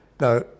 Now